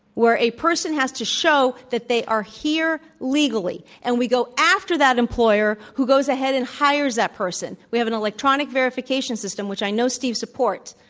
where a person has to show that they are here legally, and we go after that employer who goes ahead and hires that person, we have an electronic verification system which i know steve supports,